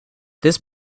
this